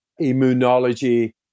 immunology